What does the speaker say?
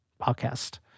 podcast